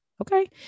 Okay